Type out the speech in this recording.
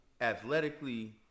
Athletically